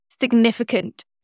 significant